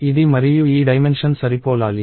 ఇది మరియు ఈ డైమెన్షన్ సరిపోలాలి